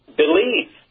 believe